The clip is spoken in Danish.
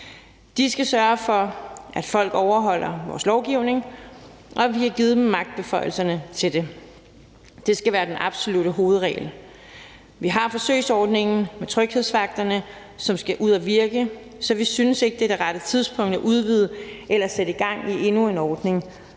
De skal sørge for, at folk overholder vores lovgivning, og vi har givet dem magtbeføjelserne til det. Det skal være den absolutte hovedregel. Vi har forsøgsordningen med tryghedsvagterne, som skal ud at virke, så vi synes ikke, at det er det rette tidspunkt at udvide det eksisterende eller sætte gang i endnu en ordning,